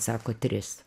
sako tris